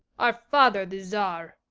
our father the czar.